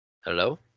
Hello